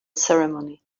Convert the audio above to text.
ceremony